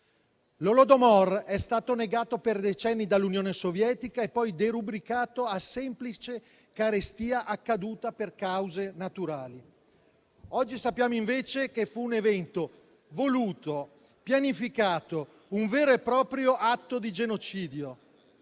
L'Holodomor è stato negato per decenni dall'Unione Sovietica e poi derubricato a semplice carestia accaduta per cause naturali. Oggi sappiamo invece che fu un evento voluto e pianificato, un vero e proprio atto di genocidio.